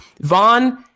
Vaughn